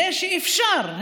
זה שאפשר,